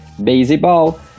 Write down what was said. baseball